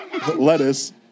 Lettuce